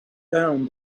down